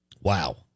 Wow